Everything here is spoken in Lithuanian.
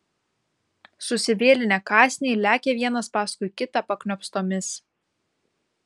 susivėlinę kąsniai lekia vienas paskui kitą pakniopstomis